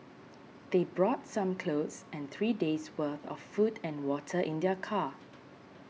they brought some clothes and three days' worth of food and water in their car